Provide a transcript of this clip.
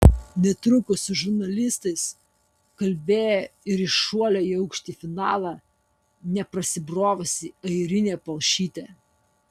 netrukus su žurnalistais kalbėjo ir į šuolio į aukštį finalą neprasibrovusi airinė palšytė